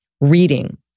reading